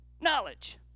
knowledge